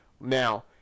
Now